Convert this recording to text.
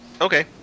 Okay